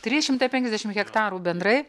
trys šimtai penkiasdešim hektarų bendrai